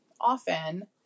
Often